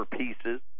pieces